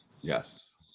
Yes